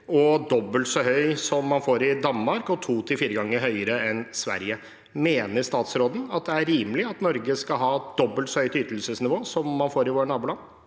dobbelt så høy som det man får i Danmark, og to til fire ganger høyere enn i Sverige. Mener statsråden det er rimelig at Norge skal ha dobbelt så høyt ytelsesnivå som det man får i våre naboland?